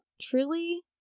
Truly